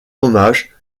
hommage